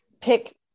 pick